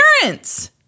parents